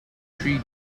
three